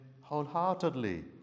wholeheartedly